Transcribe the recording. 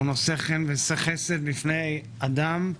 הוא נושא חן וחסד בפני אדם,